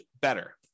better